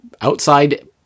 outside